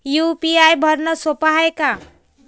UPI भरनं सोप हाय का?